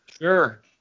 Sure